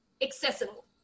Accessible